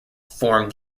formed